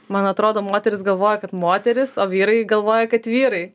man atrodo moterys galvoja kad moterys o vyrai galvoja kad vyrai